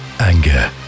Anger